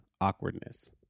awkwardness